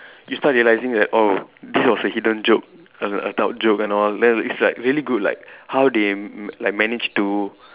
you start realising that oh this was a hidden joke a adult joke and all then it's like really good like how they like managed to